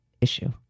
issue